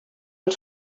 els